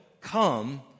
come